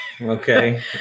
Okay